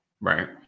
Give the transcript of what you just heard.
right